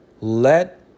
Let